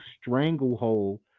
stranglehold